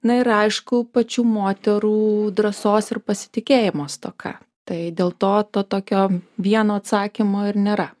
na ir aišku pačių moterų drąsos ir pasitikėjimo stoka tai dėl to to tokio vieno atsakymo ir nėra